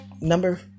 number